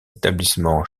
établissements